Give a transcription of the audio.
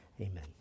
Amen